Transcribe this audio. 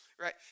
Right